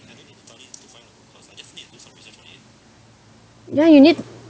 ya you need